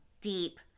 deep